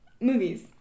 Movies